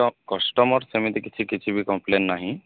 customer ସେମିତି କିଛି କିଛି ବି କମ୍ପଲେନ୍ ନାହିଁ